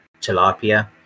Tilapia